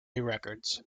records